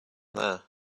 there